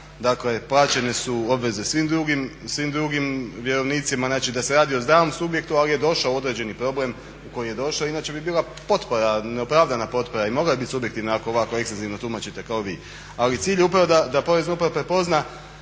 dakle plaće su obveze svim drugim vjerovnicima znači da se radi o zdravom subjektu, ali je došao u određeni problem u koji je došao, inače bi bila neopravdana potpora i … subjektivna ako ovako ekstenzivno tumačite kao vi. Ali cilj je upravo da porezna uprava prepozna